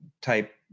type